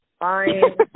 fine